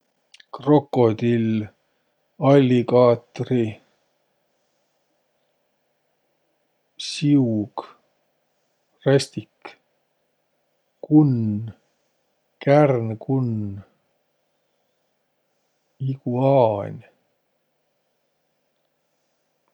Krokodill, alligaatri, siug, rästik, kunn, kärnkunn, iguaan.